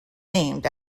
named